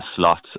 slots